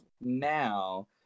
now